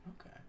Okay